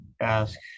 ask